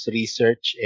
research